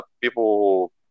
people